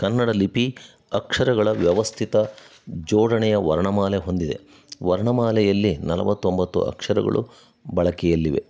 ಕನ್ನಡ ಲಿಪಿ ಅಕ್ಷರಗಳ ವ್ಯವಸ್ಥಿತ ಜೋಡಣೆಯ ವರ್ಣಮಾಲೆ ಹೊಂದಿದೆ ವರ್ಣಮಾಲೆಯಲ್ಲಿ ನಲವತ್ತೊಂಬತ್ತು ಅಕ್ಷರಗಳು ಬಳಕೆಯಲ್ಲಿವೆ